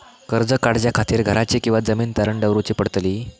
कर्ज काढच्या खातीर घराची किंवा जमीन तारण दवरूची पडतली?